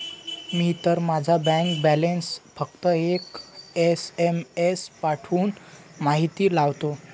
मी तर माझा bank balance फक्त एक एस.एम.एस पाठवून माहिती लावतो